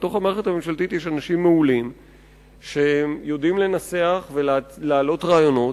בתוך המערכת הממשלתית יש אנשים מעולים שיודעים לנסח ולהעלות רעיונות,